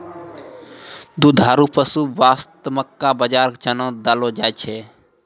दुधारू पशु वास्तॅ मक्का, बाजरा, चना देलो जाय छै